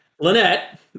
Lynette